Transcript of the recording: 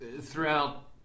throughout